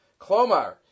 Klomar